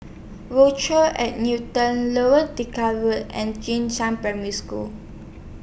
Rochelle At Newton Lower Delta Wood and Jing Shan Primary School